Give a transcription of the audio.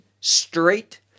straight